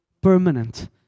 permanent